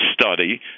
study